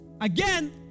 again